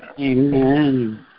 Amen